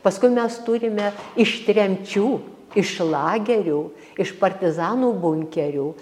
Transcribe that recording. paskui mes turime iš tremčių iš lagerių iš partizanų bunkerių